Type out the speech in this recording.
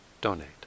donate